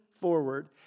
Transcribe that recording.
forward